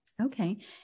okay